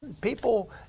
people